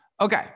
Okay